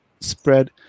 spread